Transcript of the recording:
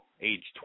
age